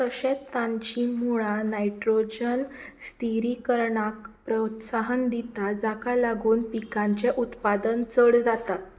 तशेंत ताचीं मुळां नायट्रोजन स्थिरीकरणाक प्रोत्साहन दिता जाका लागून पिकांचें उत्पादन चड जाता